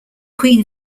queen